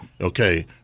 Okay